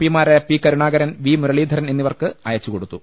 P മാരായ P Karunakaran V Muraleedharan എന്നിവർക്ക് അയച്ചുകൊടുത്തു